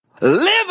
live